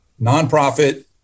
nonprofit